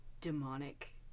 demonic